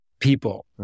people